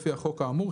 לפי החוק האמור,